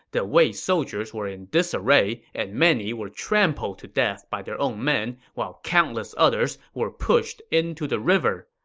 the wei soldiers were in disarray and many were trampled to death by their own men, while countless others were pushed into the river.